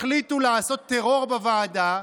החליטו לעשות טרור בוועדה.